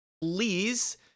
please